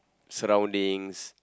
surroundings